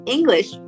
English